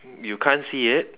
you can't see it